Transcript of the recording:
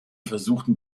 versuchten